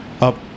up